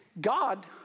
God